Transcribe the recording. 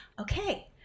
Okay